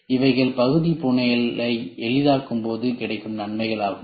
இவைகள் பகுதி புனையலை எளிதாக்கும்போது கிடைக்கும் நன்மைகள் ஆகும்